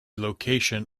location